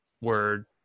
Word